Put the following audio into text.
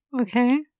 Okay